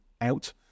out